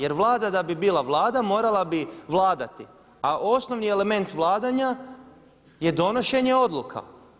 Jer Vlada da bi bila Vlada morala bi vladati, a osnovni element vladanja je donošenje odluka.